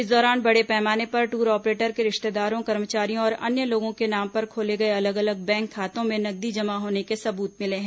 इस दौरान बड़े पैमाने पर टूर ऑपरेटर के रिश्तेदारों कर्मचारियों और अन्य लोगों के नाम पर खोले गए अलग अलग बैंक खातों में नगदी जमा होने के सबूत मिले हैं